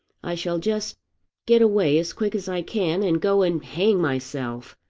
i shall just get away as quick as i can, and go and hang myself.